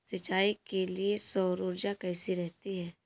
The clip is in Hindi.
सिंचाई के लिए सौर ऊर्जा कैसी रहती है?